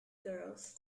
girls